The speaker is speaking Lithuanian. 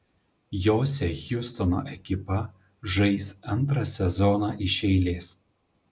jose hjustono ekipa žais antrą sezoną iš eilės